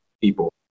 people